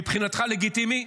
מבחינתך לגיטימי,